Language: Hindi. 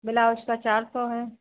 बिलाउज का चार सौ है